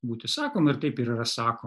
būti sakoma ir taip ir yra sakoma